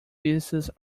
pieces